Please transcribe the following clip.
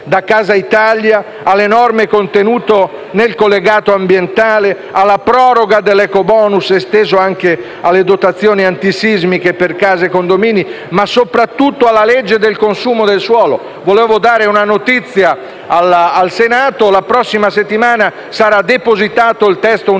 da "Casa Italia" alle norme contenute nel collegato ambientale, alla proroga dell'ecobonus, esteso anche alle dotazioni antisismiche per case e condomini, ma soprattutto alla legge del consumo del suolo. Volevo dare una notizia al Senato: la prossima settimana sarà depositato il testo unificato